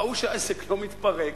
ראו שהעסק לא מתפרק,